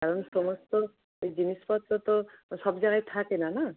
কারণ সমস্ত জিনিসপত্র তো সব জায়গায় থাকে না না